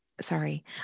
sorry